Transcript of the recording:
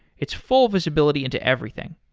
it's full visibility into everything.